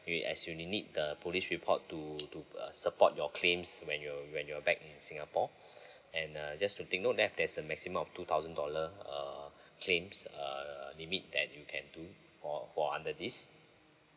as you need the police report to to uh support your claims when you're when you're back in singapore and err just to take note that there's a maximum of two thousand dollar uh claims err limit that you can do for for under this